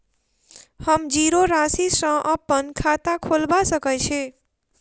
हम जीरो राशि सँ अप्पन खाता खोलबा सकै छी?